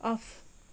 of